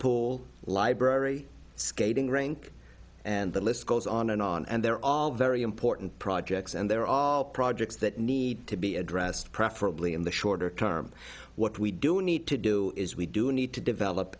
pool library skating rink and the list goes on and on and they're all very important projects and there are projects that need to be addressed preferably in the shorter term what we do need to do is we do need to develop